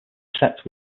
except